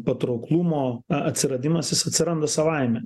patrauklumo a atsiradimas jis atsiranda savaime